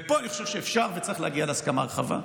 ופה אני חושב שאפשר וצריך להגיע להסכמה רחבה,